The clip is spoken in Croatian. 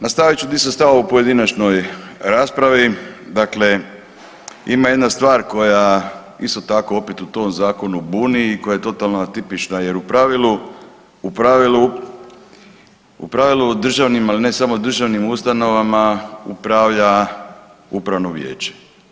Nastavit ću gdje sam stao u pojedinačnoj raspravi, dakle ima jedna stvar koja isto tako opet u tom zakonu buni i koja je totalno atipična jer u pravilu, u pravilu, u pravilu u državnim, ali ne samo državnim ustanovama upravlja upravno vijeće.